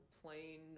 plain